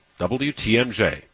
WTMJ